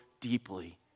deeply